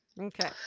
Okay